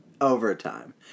overtime